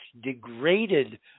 degraded